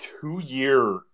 two-year